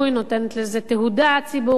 נותנת לזה תהודה ציבורית,